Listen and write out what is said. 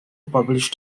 published